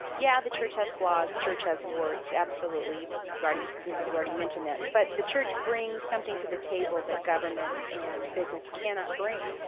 yeah, the church has flaws. church has warts, absolutely. we've already we've already mentioned that. but that church brings something to the table that government and business cannot bring,